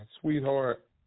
sweetheart